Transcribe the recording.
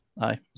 aye